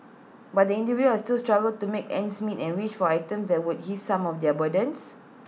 but individuals still struggle to make ends meet and wish for items that would ease some of their burdens